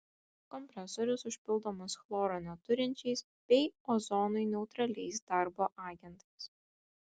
kompresorius užpildomas chloro neturinčiais bei ozonui neutraliais darbo agentais